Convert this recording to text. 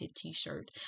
T-shirt